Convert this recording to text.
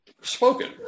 spoken